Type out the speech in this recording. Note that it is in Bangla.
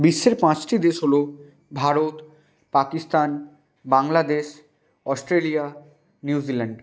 বিশ্বের পাঁচটি দেশ হলো ভারত পাকিস্তান বাংলাদেশ অস্ট্রেলিয়া নিউজিল্যান্ড